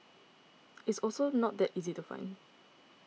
it's also not that easy to find